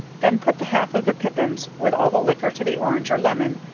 then put the half of the pippins, with all the liquor to the orange or lemon,